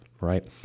right